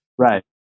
Right